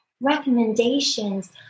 recommendations